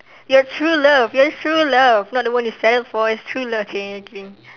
your true love your true love not the one you fell for it's true love !chey! just kidding